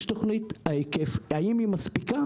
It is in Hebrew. יש תוכנית, האם היא מספיקה?